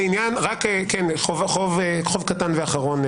חוב קטן ואחרון,